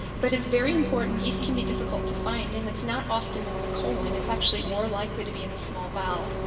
but it's very important. yeast can be difficult to find and it's not often in the colon, it's actually more likely to be in the small bowel.